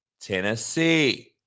Tennessee